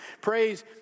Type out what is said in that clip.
Praise